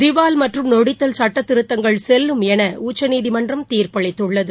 திவால் மற்றும் நொடித்தல் சுட்டத்திருத்தங்கள் செல்லும் என உச்சநீதிமன்றம் தீர்ப்பளித்துள்ளது